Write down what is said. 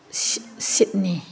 Sydney